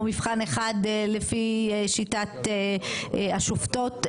או מבחן אחד לפי שיטות השופטות,